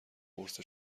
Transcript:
قرص